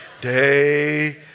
Day